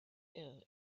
ill